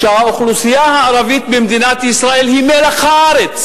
שהאוכלוסייה הערבית במדינת ישראל היא מלח הארץ,